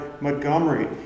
Montgomery